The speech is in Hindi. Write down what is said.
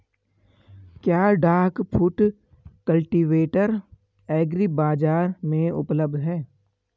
क्या डाक फुट कल्टीवेटर एग्री बाज़ार में उपलब्ध है?